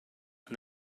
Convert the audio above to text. and